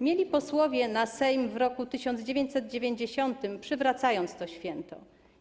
mieli posłowie na Sejm w roku 1990, przywracając to święto.